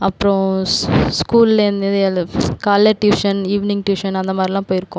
அப்புறம் ஸ்கூலில் இருந்தது லைஃப் காலையில் டியூஷன் ஈவ்னிங் டியூஷன் அந்தமாதிரிலாம் போயிருக்கோம்